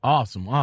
Awesome